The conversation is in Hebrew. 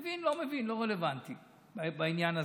מבין, לא מבין, לא רלוונטי בעניין הזה.